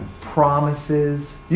promises